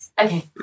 Okay